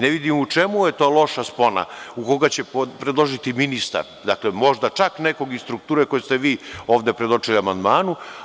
Ne vidim u čemu je ta loša spona, koga će predložiti ministar, možda čak nekog iz strukture koje ste vi ovde predočili u amandmanu.